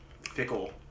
fickle